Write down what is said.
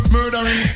Murdering